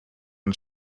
und